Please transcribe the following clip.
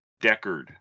Deckard